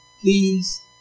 please